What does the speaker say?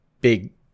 big